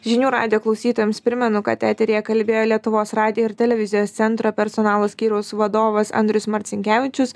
žinių radijo klausytojams primenu kad eteryje kalbėjo lietuvos radijo ir televizijos centro personalo skyriaus vadovas andrius marcinkevičius